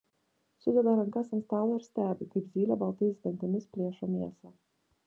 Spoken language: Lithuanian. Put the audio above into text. sudeda rankas ant stalo ir stebi kaip zylė baltais dantimis plėšo mėsą